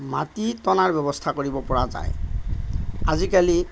মাটি টনাৰ ব্যৱস্থা কৰিব পৰা যায় আজিকালি